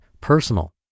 personal